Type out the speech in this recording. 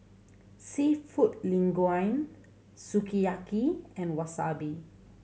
Seafood Linguine Sukiyaki and Wasabi